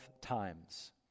times